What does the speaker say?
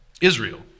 Israel